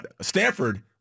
Stanford